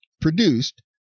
produced